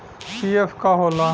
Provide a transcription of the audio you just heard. PF का होला?